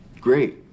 Great